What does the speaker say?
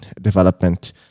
development